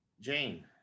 Jane